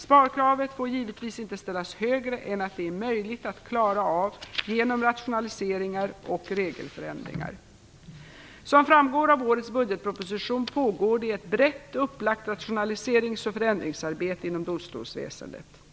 Sparkravet får givetvis inte ställas högre än att det är möjligt att klara av genom rationaliseringar och regelförändringar. Som framgår av årets budgetproposition pågår det ett brett upplagt rationaliserings och förändringsarbete inom domstolsväsendet.